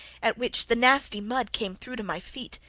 at which the nasty mud came through to my feet.